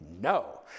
No